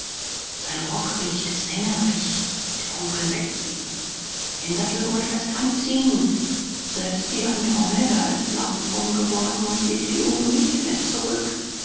sein rock riecht sengerig der onkel weckt ihn den sattelgurt fest anziehen selbst die andromeda ist lammfromm geworden und legt die ohren nicht mehr zurück